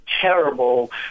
terrible